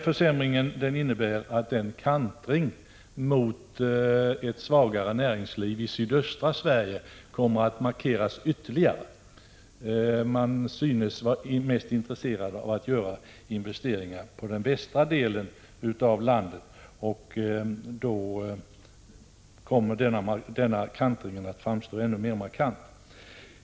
Försämringen innebär att kantringen mot ett svagare näringsliv i sydöstra Sverige kommer att markeras ytterligare. Man synes vara mest intresserad av att göra investeringar i den västra delen av landet. Därför blir denna kantring ännu mera markant. Herr talman!